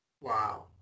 Wow